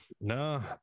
no